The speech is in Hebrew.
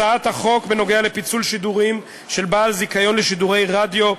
הצעת החוק בנוגע לפיצול שידורים של בעל זיכיון לשידורי רדיו,